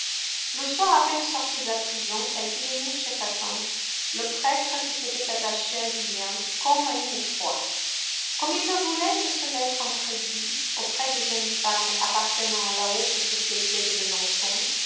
le soir à peine sortie de la prison elle fit venir chez sa tante le prêtre qui s'était attaché à julien comme à une proie comme il ne voulait que se mettre en crédit auprès des jeunes femmes appartenant à la haute société de besançon